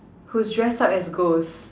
who's dress up as ghost